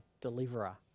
deliverer